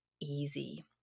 easy